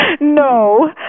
No